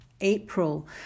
April